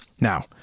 Now